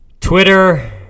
Twitter